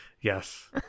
Yes